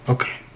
Okay